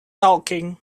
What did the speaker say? talking